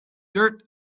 dirt